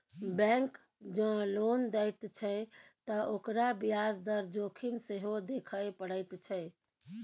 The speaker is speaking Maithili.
बैंक जँ लोन दैत छै त ओकरा ब्याज दर जोखिम सेहो देखय पड़ैत छै